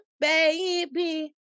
baby